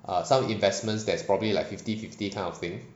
err some investments that is probably like fifty fifty kind of thing